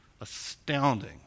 astounding